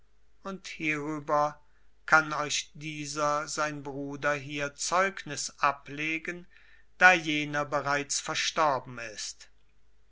und hierüber kann euch dieser sein bruder hier zeugnis ablegen da jener bereits verstorben ist